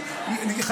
את לא רוצה?